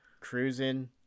Cruising